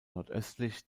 nordöstlich